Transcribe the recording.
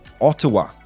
Ottawa